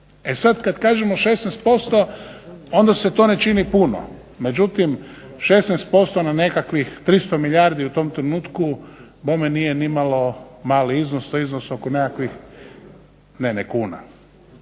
E sad kad kažemo 16% onda se to ne čini puno, međutim 16% na nekakvih 300 milijardi u tom trenutku bome nije nimalo mali iznos, to je iznos oko nekakvih …/Ne